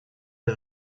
del